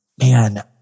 man